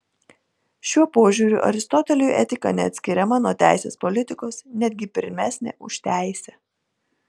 šiuo požiūriu aristoteliui etika neatskiriama nuo teisės politikos netgi pirmesnė už teisę